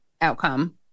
outcome